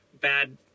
bad